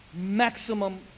maximum